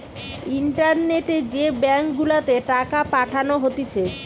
ইন্টারনেটে যে ব্যাঙ্ক গুলাতে টাকা পাঠানো হতিছে